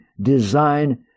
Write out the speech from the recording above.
design